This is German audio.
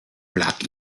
plug